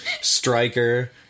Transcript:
Striker